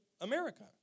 America